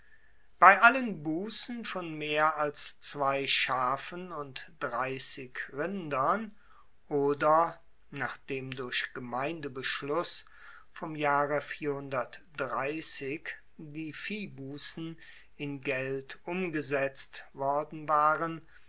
bei allen bussen von mehr als zwei schafen und rindern oder nachdem durch gemeindebeschluss vom jahre die viehbussen in geld umgesetzt worden waren